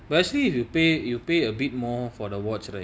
but actually if you pay you pay a bit more for the watch right